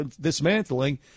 dismantling